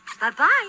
bye-bye